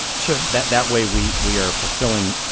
sure. that that way we we are fulfilling